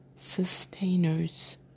sustainers